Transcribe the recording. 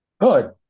Good